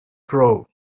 grow